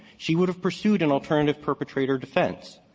she would have pursued an alternative perpetrator defense.